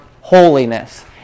holiness